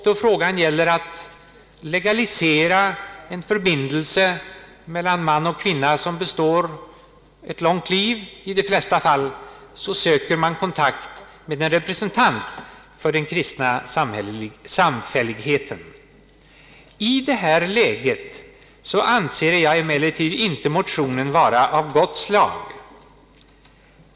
Då det gäller att legalisera en förbindelse mellan man och kvinna, som i de flesta fall består under ett långt liv, då söker man kontakt med en representant för den kristna samfälligheten. I detta läge anser jag emellertid inte motionen vara av gott slag.